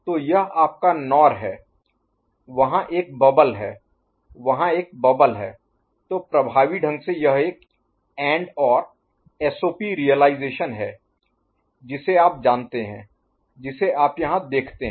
तो यह आपका NOR है वहाँ एक बबल है वहाँ एक बबल है तो प्रभावी ढंग से यह एक AND OR SOP रियलाईजेशन है जिसे आप जानते हैं जिसे आप यहाँ देखते हैं